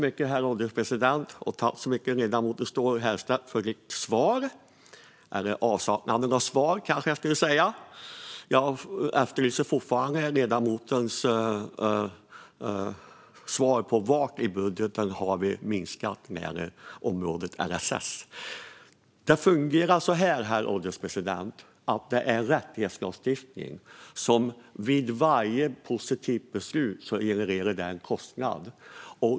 Herr ålderspresident! Jag tackar ledamoten Stål Herrstedt för hennes svar - eller avsaknaden av svar, skulle jag kanske säga. Jag efterlyser fortfarande ledamotens svar på var i budgeten vi har minskat när det gäller området LSS. Det fungerar så här, herr ålderspresident: Detta är en rättighetslagstiftning som vid varje positivt beslut genererar en kostnad.